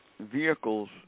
vehicles